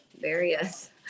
various